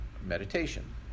meditation